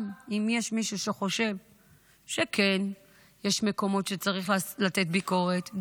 גם אם יש מישהו שחושב שיש מקומות שכן צריך לתת ביקורת,